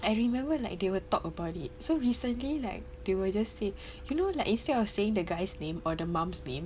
I remember like they will talk about it so recently like they will just say you know like instead of saying the guy's name or the mum's name